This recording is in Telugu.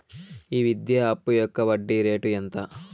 ఈ విద్యా అప్పు యొక్క వడ్డీ రేటు ఎంత?